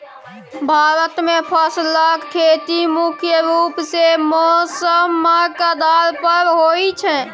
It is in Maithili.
भारत मे फसलक खेती मुख्य रूप सँ मौसमक आधार पर होइ छै